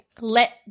let